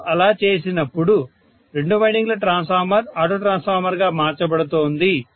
నేను అలా చేసినప్పుడు రెండు వైండింగ్ల ట్రాన్స్ఫార్మర్ ఆటో ట్రాన్స్ఫార్మర్గా మార్చబడుతోంది